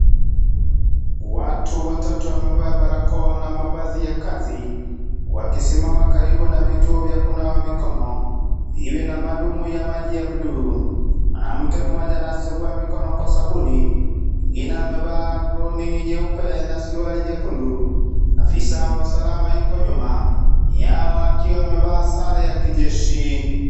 Watu watatu wamevaa barakoa na mavazi ya kazi wakisimama karibu na vituo vya kunawa mikono iliyo na madumu na maji ya bluu mwanamke mmoja anasugua mikono kwa sabuni mwingine amevaa abloni nyeupe na suruali nyekundu afisa wa usalama yuko nyuma yao akiwaa mevaa sare ya kijeshi.